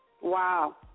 Wow